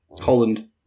Holland